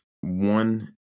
one